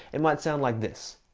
it might sound like this.